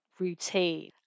routine